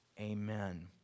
Amen